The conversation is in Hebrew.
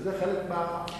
וזה חלק מהמאבק.